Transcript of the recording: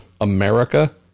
america